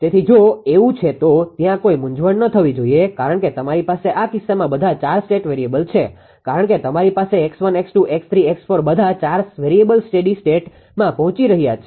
તેથી જો એવું છે તો ત્યાં કોઈ મૂંઝવણ ન થવી જોઈએ કારણ કે તમારી પાસે આ કિસ્સામાં બધા 4 સ્ટેટ વેરીએબલ છે કારણ કે તમારી પાસે 𝑥1 𝑥2 𝑥3 𝑥4 બધા 4 વેરીએબલ સ્ટેડી સ્ટેટમાં પહોંચી રહ્યા છે